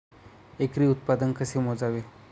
एकरी उत्पादन कसे मोजावे?